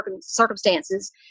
circumstances